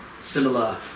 similar